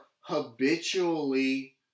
habitually